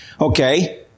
Okay